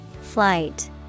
Flight